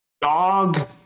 Dog